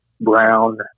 Brown